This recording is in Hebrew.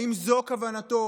האם זו כוונתו